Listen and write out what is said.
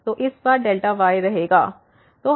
तो इस बार y रहेगा